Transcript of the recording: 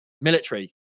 military